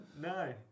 no